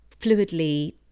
fluidly